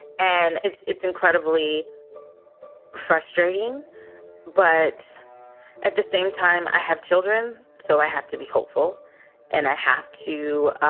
and it's it's incredibly frustrating but at the same time, i have children, so i have to be hopeful and i have to